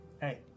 hey